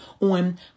on